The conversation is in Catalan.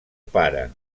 pare